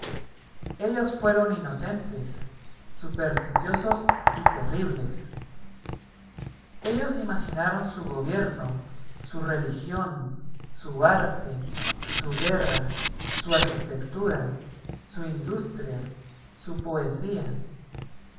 ellos fueron inocentes supersticiosos y terribles ellos imaginaron su gobierno su religión su arte su guerra su arquitectura su industria su poesía